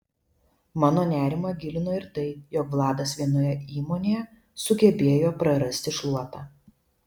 mano nerimą gilino ir tai jog vladas vienoje įmonėje sugebėjo prarasti šluotą